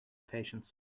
patience